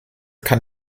kann